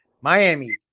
Miami